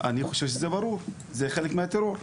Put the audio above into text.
אני חושב שזה ברור, זה חלק מהטרור.